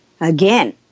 again